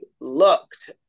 looked